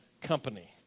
company